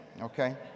okay